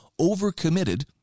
overcommitted